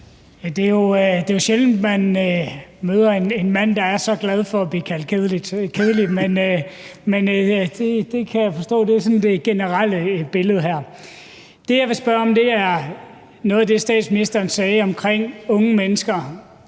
Det er jo sjældent, man møder en mand, der er så glad for at blive kaldt kedelig, men det kan jeg forstå er det generelle billede her. Det, jeg vil spørge om, refererer til noget af det, statsministeren sagde omkring unge mennesker